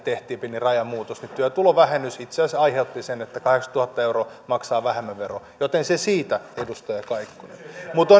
tehtiin pieni rajan muutos niin työtulovähennys itse asiassa aiheutti sen että kahdeksankymmentätuhatta euroa ansaitseva maksaa vähemmän veroa joten se siitä edustaja kaikkonen mutta